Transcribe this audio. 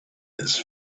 his